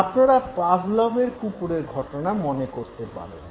আপনারা পাভলভের কুকুরের ঘটনা মনে করতে পারেন